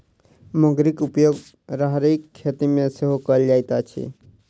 मुंगरीक उपयोग राहरिक खेती मे सेहो कयल जाइत अछि